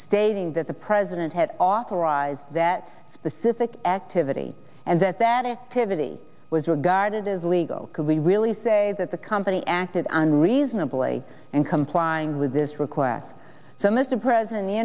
stating that the president had authorized that specific activity and that that effectively was regarded as legal can we really say that the company acted unreasonably and complying with this request so mr president the